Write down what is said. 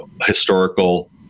historical